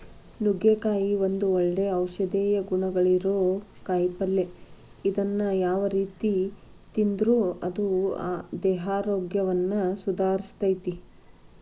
ನುಗ್ಗಿಕಾಯಿ ಒಂದು ಒಳ್ಳೆ ಔಷಧೇಯ ಗುಣಗಳಿರೋ ಕಾಯಿಪಲ್ಲೆ ಇದನ್ನ ಯಾವ ರೇತಿ ತಿಂದ್ರು ಅದು ದೇಹಾರೋಗ್ಯವನ್ನ ಸುಧಾರಸ್ತೆತಿ